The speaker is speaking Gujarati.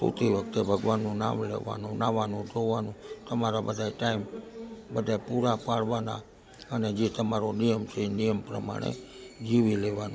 સૂતી વખતે ભગવાનનું નામ લેવાનું નાહવાનું ધોવાનું તમારા બધાય ટાઈમ બધાય પૂરા પાડવાના અને જે તમારો નિયમ છે એ નિયમ પ્રમાણે જીવી લેવાનું